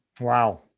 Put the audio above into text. Wow